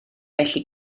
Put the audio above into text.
felly